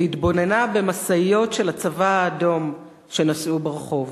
והתבוננה במשאיות של הצבא האדום שנסעו ברחוב.